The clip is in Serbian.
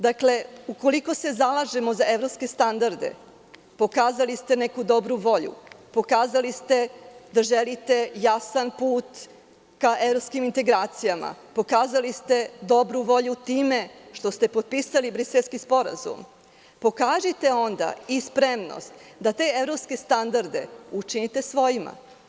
Dakle, ukoliko se zalažemo za evropske standarde, pokazali ste neku dobru volju, pokazali ste da želite jasan put ka evropskim integracijama, pokazali ste dobru volju time što ste potpisali Briselski sporazum, pokažite onda i spremnost da te evropske standarde učinite svojima.